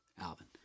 Alvin